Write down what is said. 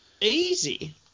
Easy